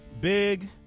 Big